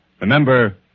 Remember